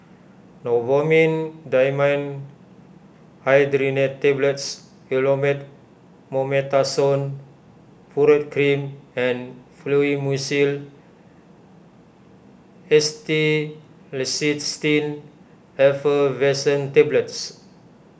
Novomin Dimenhydrinate Tablets Elomet Mometasone Furoate Cream and Fluimucil Acetylcysteine Effervescent Tablets